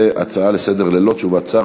זו הצעה לסדר-היום ללא תשובת שר,